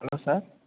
hello sir